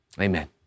Amen